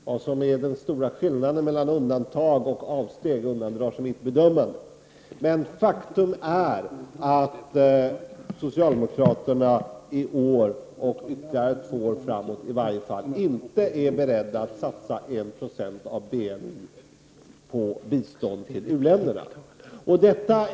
Vad som är den stora skillnaden mellan undantag och avsteg undandrar sig mitt bedömande, men faktum är att socialdemokraterna i år och ytterligare i varje fall två år framåt inte är beredda att satsa 1 20 av BNP på bistånd till u-ländrna.